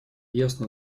ясно